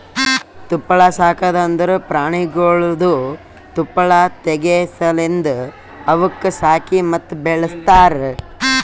ತುಪ್ಪಳ ಸಾಕದ್ ಅಂದುರ್ ಪ್ರಾಣಿಗೊಳ್ದು ತುಪ್ಪಳ ತೆಗೆ ಸಲೆಂದ್ ಅವುಕ್ ಸಾಕಿ ಮತ್ತ ಬೆಳಸ್ತಾರ್